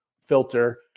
filter